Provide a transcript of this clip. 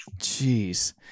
Jeez